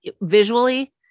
visually